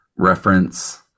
reference